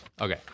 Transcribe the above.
okay